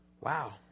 Wow